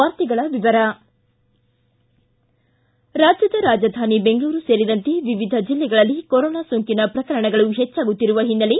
ವಾರ್ತೆಗಳ ವಿವರ ರಾಜ್ಯದ ರಾಜಧಾನಿ ಬೆಂಗಳೂರು ಸೇರಿದಂತೆ ವಿವಿಧ ಜಿಲ್ಲೆಗಳಲ್ಲಿ ಕೊರೋನಾ ಸೋಂಕಿನ ಪ್ರಕರಣಗಳು ಹೆಚ್ಚಾಗುತ್ತಿರುವ ಹಿನ್ನೆಲೆ